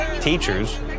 Teachers